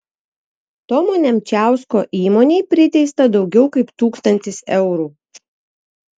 tomo nemčiausko įmonei priteista daugiau kaip tūkstantis eurų